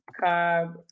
carb